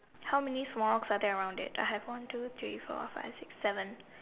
how many small rocks are there around it I have one two three four five six seven